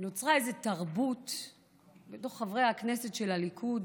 נוצרה איזו תרבות בתוך חברי הכנסת של הליכוד,